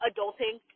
Adulting